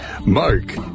Mark